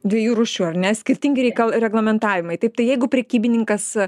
dviejų rūšių ar ne skirtingi reikal reglamentavimai taip tai jeigu prekybininkas